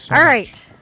so alright.